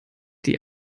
die